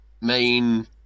main